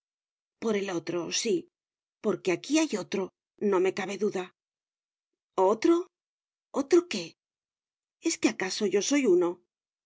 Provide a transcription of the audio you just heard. por el otro sí porque aquí hay otro no me cabe duda otro otro qué es que acaso yo soy uno